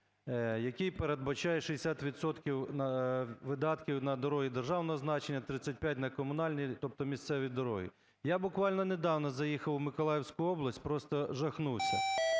який передбачає 60 відсотків видатків на дороги державного значення, 35 – на комунальні, тобто місцеві, дороги. Я буквально недавно заїхав у Миколаївську область - просто жахнувся.